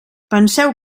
penseu